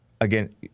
Again